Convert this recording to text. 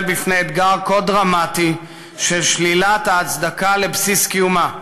בפני אתגר כה דרמטי של שלילת ההצדקה לבסיס קיומה,